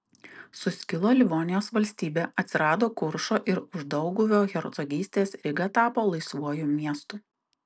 suskilo livonijos valstybė atsirado kuršo ir uždauguvio hercogystės ryga tapo laisvuoju miestu